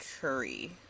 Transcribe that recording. Curry